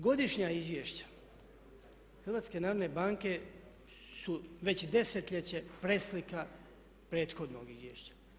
Godišnja izvješća HNB-a su već desetljeće preslika prethodnog izvješća.